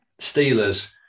Steelers